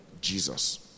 Jesus